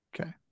Okay